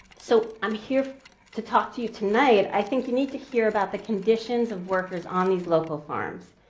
so i'm here to talk to you tonight, i think you need to hear about the conditions of workers on these local farms.